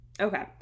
Okay